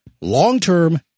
long-term